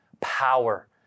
power